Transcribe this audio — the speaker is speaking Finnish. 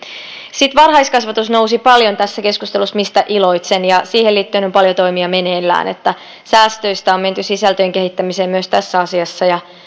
sitten varhaiskasvatus nousi paljon tässä keskustelussa mistä iloitsen ja siihen liittyen on paljon toimia meneillään säästöistä on menty sisältöjen kehittämiseen myös tässä asiassa ja